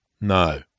no